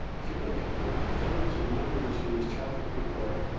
if you look at the deluge of numbers from this traffic report,